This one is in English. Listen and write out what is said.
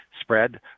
spread